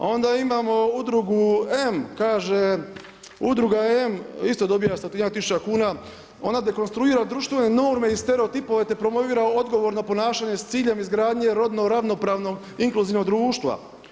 Onda imamo udrugu „M“ kaže udruga M isto dobiva … tisuća kuna, ona dekonstruira društvene norme i stereotipove te promovira odgovorno ponašanje s ciljem izgradnje rodno ravnopravno inkluzivnog društva.